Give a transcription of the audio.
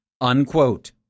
unquote